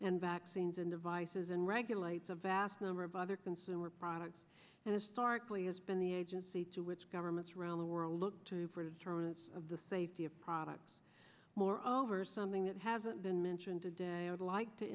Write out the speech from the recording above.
and vaccines and devices and regulates a vast number of other consumer products and historically has been the agency to which governments around the world look to for the throes of the safety of products more over something that hasn't been mentioned today i'd like to